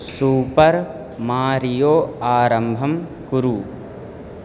super Mario आरम्भं कुरु